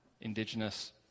indigenous